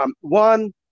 One